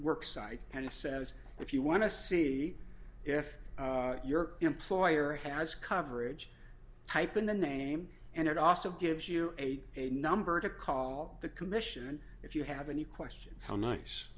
work site and it says if you want to see if your employer has coverage type in the name and it also gives you a a number to call the commission if you have any questions how nice